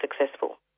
successful